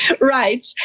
Right